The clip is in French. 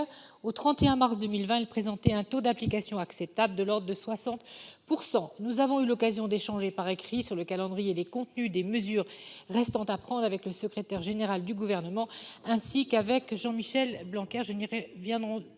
Au 31 mars 2020, le taux d'application était acceptable, de l'ordre de 60 %. Nous avons eu l'occasion d'échanger par écrit sur le calendrier des contenus des mesures restant à prendre avec le Secrétaire général du Gouvernement, ainsi qu'avec Jean-Michel Blanquer.